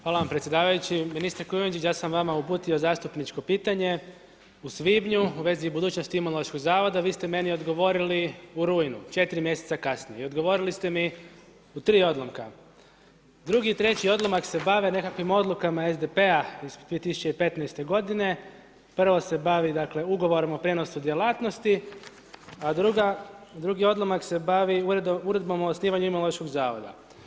Hvala vam predsjedavajući, ministre Kujundžić, ja sam vama uputio zastupničko pitanje u svibnju, u vezi budućnosti imunološkog zavoda, vi ste meni odgovorili u rujnu, 4 mj. kasnije i odgovorili ste mi u tri odlomka, drugi i treći odlomak se bavi nekakvim odlukama SDP-a iz 2015. g. prvo se bavi dakle, ugovorom o prenesu djelatnosti, a drugi odlomak se bavi o uredbom o osnivanju Imunološkog zavoda.